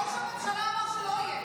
ראש הממשלה אמר שלא יהיה.